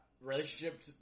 relationship